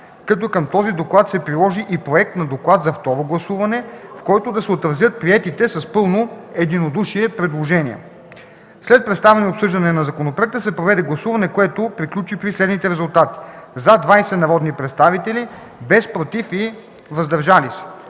като към този доклад се приложи и проект на доклад за второ гласуване, в който да се отразят приетите с пълно единодушие предложения. След представяне и обсъждане на законопроекта се проведе гласуване, което приключи при следните резултати: „за” 20 народни представители, без „против” и „въздържали се”.